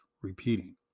repeating